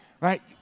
Right